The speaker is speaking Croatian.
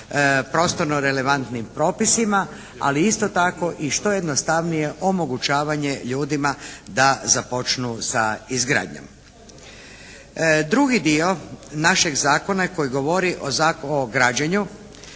prostorno relevantnim propisima, ali isto tako i što jednostavnije omogućavanje ljudima da započnu sa izgradnjom. Drugi dio našeg zakona koji govori o građenju